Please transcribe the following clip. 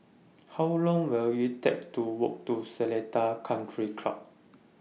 How Long Will IT Take to Walk to Seletar Country Club